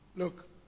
Look